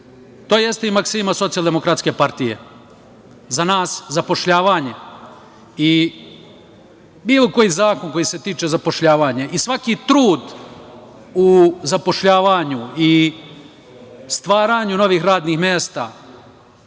jeste i maksima Socijaldemokratske partije. Za nas, zapošljavanje i bilo koji zakon koji se tiče zapošljavanja i svaki trud u zapošljavanju i stvaranju novih radnih mesta,